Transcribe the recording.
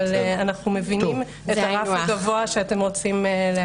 אבל אנחנו מבינים את הרף הגבוה שאתם רוצים להציב.